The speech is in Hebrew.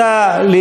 חברים,